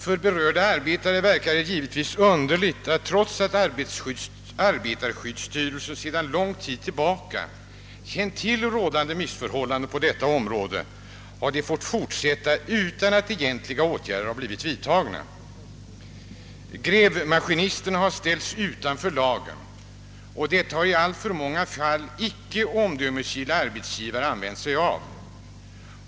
För berörda arbetare verkar det givetvis underligt att rådande missförhållanden på detta område, trots att arbetarskyddsstyrelsen sedan lång tid tillbaka känt till dem, har fått fortsätta utan att några åtgärder egentligen har blivit vidtagna. Grävmaskinisterna har ställts utanför lagen. Detta har i alltför många fall icke omdömesgilla arbetsgivare använt sig av.